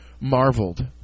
marveled